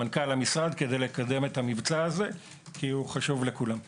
למנכ"ל המשרד כדי לקדם את המבצע הזה כי הוא חשוב לכולם.